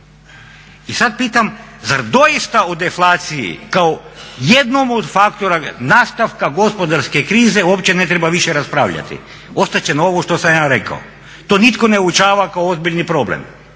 I sad pitam, zar doista o deflaciji kao jednom od faktora nastavka gospodarske krize uopće ne treba više raspravljati? Ostat će ovo što sam ja rekao, to nitko ne uočava kao ozbiljni problem